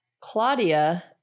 Claudia